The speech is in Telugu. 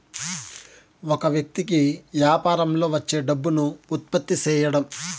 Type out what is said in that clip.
ఒక వ్యక్తి కి యాపారంలో వచ్చే డబ్బును ఉత్పత్తి సేయడం